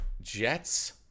Jets